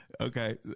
Okay